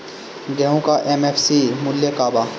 गेहू का एम.एफ.सी मूल्य का बा?